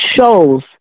shows